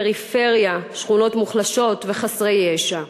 פריפריה ושכונות מוחלשות וילדים חסרי ישע.